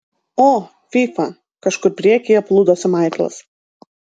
o fyfa kažkur priekyje plūdosi maiklas